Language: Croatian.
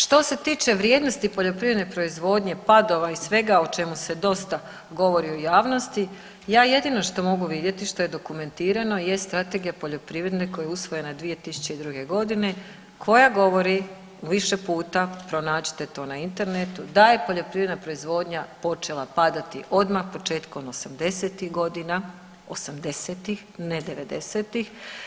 Što se tiče vrijednosti poljoprivredne proizvodnje padova i svega o čemu se dosta govori u javnosti, ja jedino što mogu vidjeti što je dokumentirano je Strategija poljoprivrede koja je usvojena 2002. godine koja govori više puta, pronađite to na internetu da je poljoprivredna proizvodnja počela padati odmah početkom '80.-tih godina, '80.-tih ne '90.-tih.